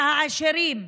את העשירים,